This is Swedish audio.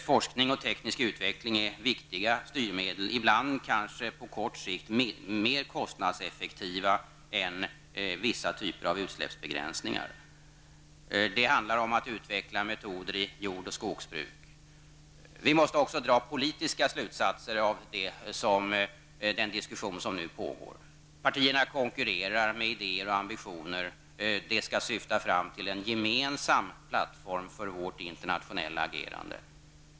Forskning och teknisk utveckling är viktiga styrmedel, ibland kanske på kort sikt mer kostnadseffektiva än vissa typer av utsläppsbegränsningar. Det handlar om att utveckla metoder i jord och skogsbruk. Vi måste även dra politiska slutsatser av den diskussion som nu pågår. Partierna konkurrerar med idéer och ambitioner. Det skall syfta fram till en gemensam plattform för vårt internationella agerande.